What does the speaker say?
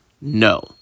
no